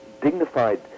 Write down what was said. dignified